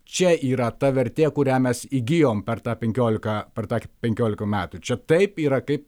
čia yra ta vertė kurią mes įgijom per tą penkiolika per tą penkiolika metų čia taip yra kaip